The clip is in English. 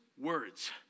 words